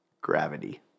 Gravity